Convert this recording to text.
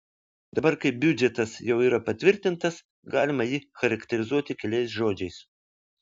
dabar kai biudžetas jau yra patvirtintas galima jį charakterizuoti keliais žodžiais